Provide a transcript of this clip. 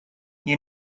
you